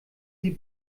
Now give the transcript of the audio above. sie